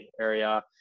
area